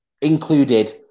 included